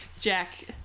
Jack